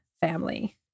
family